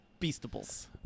Beastables